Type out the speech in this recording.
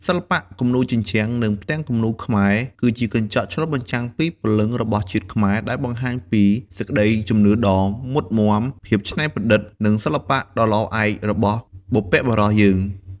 សិល្បៈគំនូរជញ្ជាំង និងផ្ទាំងគំនូរខ្មែរ គឺជាកញ្ចក់ឆ្លុះបញ្ចាំងពីព្រលឹងរបស់ជាតិខ្មែរ ដែលបង្ហាញពីសេចក្តីជំនឿដ៏មុតមាំ ភាពច្នៃប្រឌិត និងសិល្បៈដ៏ល្អឯករបស់បុព្វបុរសយើង។